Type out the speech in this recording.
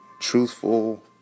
truthful